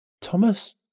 Thomas